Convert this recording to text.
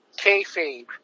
kayfabe